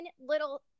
little